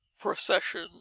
procession